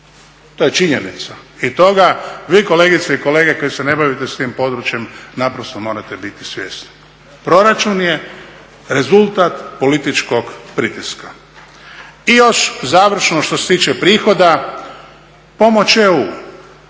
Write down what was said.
To je činjenica i toga vi kolegice i kolege koji se ne bavite s tim područjem naprosto morate biti svjesni. Proračun je rezultat političkog pritiska. I još završno što se tiče prihoda. Po načelu